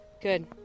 Good